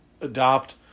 adopt